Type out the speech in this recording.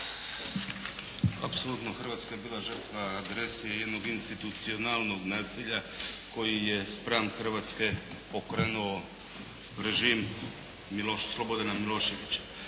Apsolutno Hrvatska je bila žrtva agresije jednog institucionalnog nasilja koji je spram Hrvatske pokrenuo režim Slobodana Miloševića.